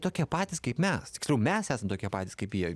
tokie patys kaip mes tiksliau mes esam tokie patys kaip jie